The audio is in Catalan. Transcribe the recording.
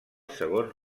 segons